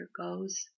goes